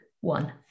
one